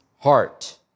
heart